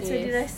yes